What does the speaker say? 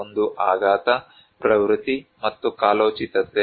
ಒಂದು ಆಘಾತ ಪ್ರವೃತ್ತಿ ಮತ್ತು ಕಾಲೋಚಿತತೆ